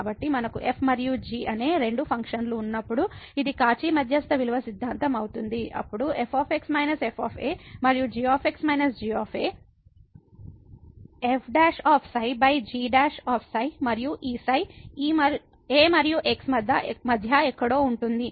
కాబట్టి మనకు f మరియు g అనే రెండు ఫంక్షన్లు ఉన్నప్పుడు ఇది కాచి మధ్యస్థ విలువ సిద్ధాంతం అవుతుంది అప్పుడు f −f మరియు g −g f ξ g ξ మరియు ఈ ξ a మరియు x మధ్య ఎక్కడో ఉంటుంది